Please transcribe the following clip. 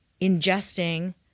ingesting